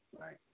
right